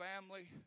family